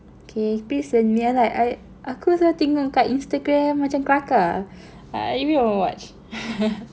okay please send me I was like I aku selalu tengok kat Instagram macam kelakar I really wanna watch